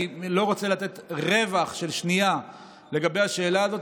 אני לא רוצה לתת רווח של שנייה לגבי השאלה הזאת.